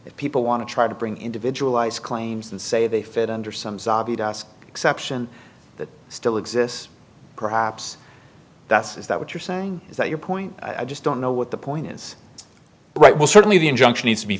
if people want to try to bring individual eyes claims and say they fit under some zob exception that still exists perhaps that's is that what you're saying is that your point i just don't know what the point is right well certainly the injunction needs to be